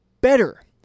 better